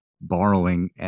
borrowing